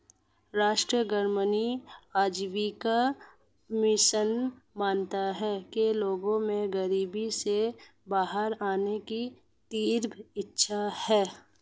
राष्ट्रीय ग्रामीण आजीविका मिशन मानता है कि लोगों में गरीबी से बाहर आने की तीव्र इच्छा है